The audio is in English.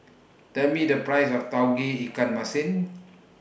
Tell Me The Price of Tauge Ikan Masin